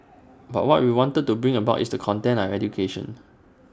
but what we wanted to bring about is the content of education